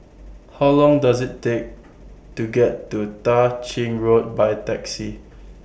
How Long Does IT Take to get to Tah Ching Road By Taxi